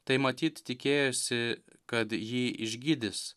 tai matyt tikėjosi kad jį išgydys